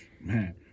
Man